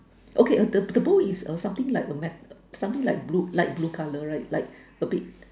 okay uh the the bowl is uh something like a map something like blue light blue color right like a bit